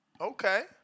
Okay